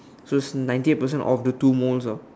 so is ninety eight percent of the two moles ah